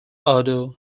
odo